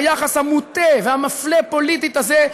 ביחס המוטה והמפלה פוליטית הזה,